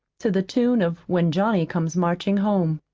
to the tune of when johnny comes marching home